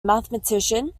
mathematician